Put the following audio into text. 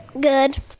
Good